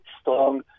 strong